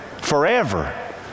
forever